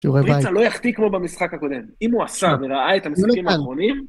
‫שיעורי בית. פריצה לא יחטיא כמו במשחק הקודם, ‫אם הוא עשה וראה את המשחקים האחרונים...